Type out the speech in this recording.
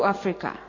Africa